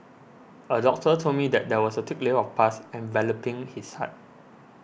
a doctor told me that there was a thick layer of pus enveloping his heart